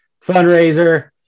fundraiser